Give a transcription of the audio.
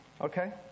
okay